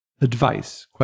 Advice